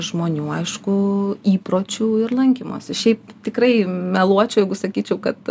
žmonių aišku įpročių ir lankymosi šiaip tikrai meluočiau jeigu sakyčiau kad